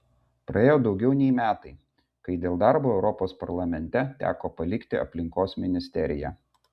praėjo daugiau nei metai kai dėl darbo europos parlamente teko palikti aplinkos ministeriją